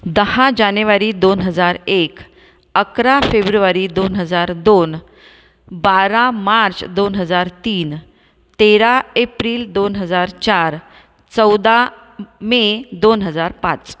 दहा जानेवारी दोन हजार एक अकरा फेब्रुवारी दोन हजार दोन बारा मार्च दोन हजार तीन तेरा एप्रिल दोन हजार चार चौदा मे दोन हजार पाच